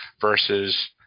versus